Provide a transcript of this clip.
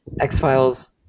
X-Files